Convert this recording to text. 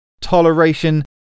toleration